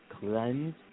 cleanse